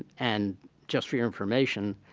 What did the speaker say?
and and just for your information,